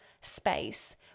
space